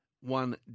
One